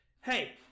hey